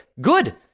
good